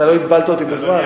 אתה לא הגבלת אותי בזמן,